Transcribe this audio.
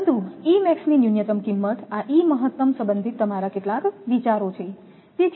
પરંતુ E max ની ન્યૂનતમ કિંમત આ E મહત્તમ સંબંધિત તમારા કેટલાક વિચારો છે